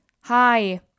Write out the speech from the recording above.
Hi